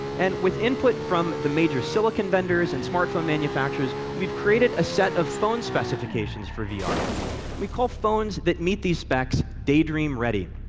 and with input from the major silicon vendors and smartphone manufacturers, we've created a set of phone specifications for vr. and we call phones that meet these specs daydream-ready.